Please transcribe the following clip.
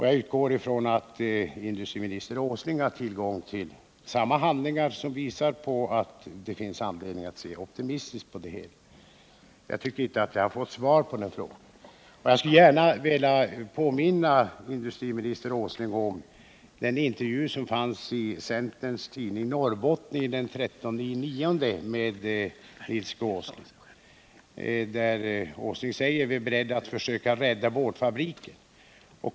Jag utgår från att industriminister Åsling har tillgång till samma handlingar, som visar att det finns anledning att se optimistiskt på det hela. Jag tycker alltså att jag inte har fått svar på denna fråga. Jag vill gärna påminna industriminister Åsling om den intervju med honom som fanns i centertidningen Norrbottningen den 13 september. Där säger Nils G. Åsling: Vi är beredda att försöka rädda boardfabriken.